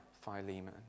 philemon